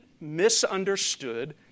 misunderstood